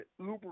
uber